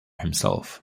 himself